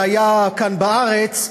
שהיה כאן בארץ,